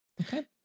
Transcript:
okay